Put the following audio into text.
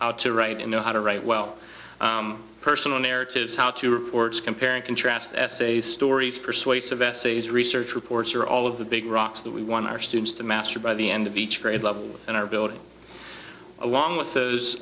how to write you know how to write well personal narratives how to reports compare and contrast essays stories persuasive essays research reports or all of the big rocks that we want our students to master by the end of each grade level in our building along with th